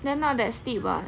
then not that steep ah